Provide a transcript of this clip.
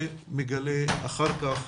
ומגלה אחר כך